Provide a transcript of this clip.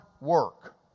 work